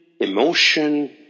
emotion